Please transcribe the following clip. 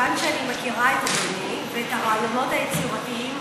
מכיוון שאני מכירה את אדוני ואת הרעיונות היצירתיים